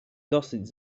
dosyć